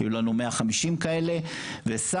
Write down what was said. היו לנו 150 כאלה,